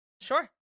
Sure